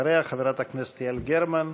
אחריה, חברת הכנסת יעל גרמן.